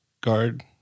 guard